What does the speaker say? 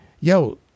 yo